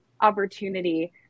opportunity